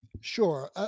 Sure